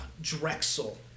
Drexel